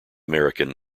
american